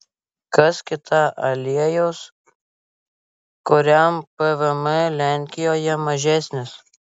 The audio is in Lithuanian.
kas kita aliejus kuriam pvm lenkijoje mažesnis